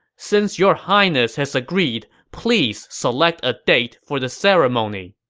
since your highness has agreed, please select a date for the ceremony.